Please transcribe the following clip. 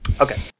Okay